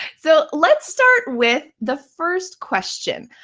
so let's start with the first question.